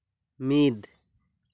ᱢᱤᱫ